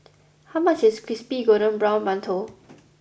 how much is Crispy Golden Brown Mantou